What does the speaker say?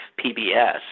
PBS